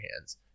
hands